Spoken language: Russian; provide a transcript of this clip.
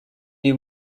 или